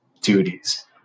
duties